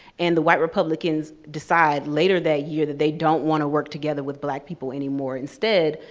and the white republicans decide, later that year, that they don't wanna work together with black people anymore. instead,